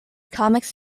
comics